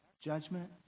judgment